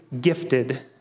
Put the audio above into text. gifted